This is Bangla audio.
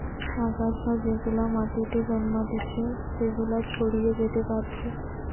আগাছা যেগুলা মাটিতে জন্মাতিচে সেগুলা ছড়িয়ে যেতে পারছে